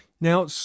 now